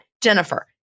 Jennifer